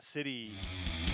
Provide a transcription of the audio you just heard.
City